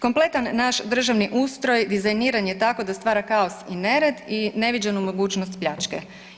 Kompletan naš državni ustroj dizajniran je tako da stara kaos i nered i neviđenu mogućnost pljačke.